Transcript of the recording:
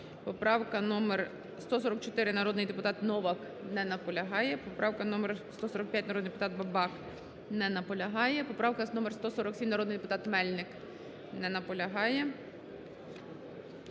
Поправка номер 144, народний депутат Новак. Не наполягає. Поправка номер 145, народний депутат Бабак. Не наполягає. Поправка номер 147, народний депутат Мельник. Не наполягає.